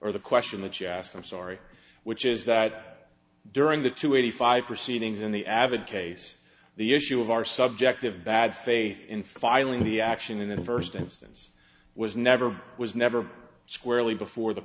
the question the chasse i'm sorry which is that during the two eighty five proceedings in the avid case the issue of our subjective bad faith in filing the action in the first instance was never was never squarely before the